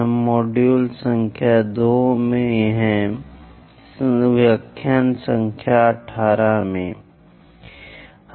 हम मॉड्यूल संख्या 2 व्याख्यान संख्या 18 में हैं